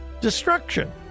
destruction